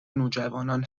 نوجوانان